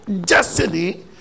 destiny